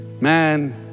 man